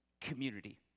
community